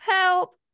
help